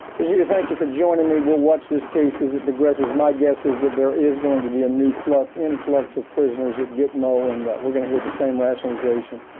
brigida, thank you for joining me. we'll watch this case as it progresses. my guess is that there is going to be a new influx influx of prisoners at gitmo and we're going to hear the same rationalization,